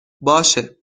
باشه